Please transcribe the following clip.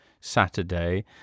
Saturday